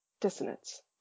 dissonance